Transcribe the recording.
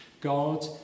God